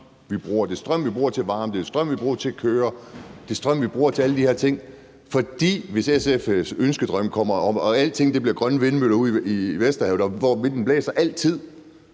at det er strøm, vi bruger til varme, at det er strøm, vi bruger til at køre, at det er strøm, vi bruger til alle de her ting? For hvis SF's ønskedrøm bliver til noget og alting bliver grønne vindmøller ude i Vesterhavet, hvor vinden blæser altid,